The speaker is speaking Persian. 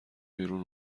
بیرون